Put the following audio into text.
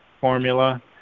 formula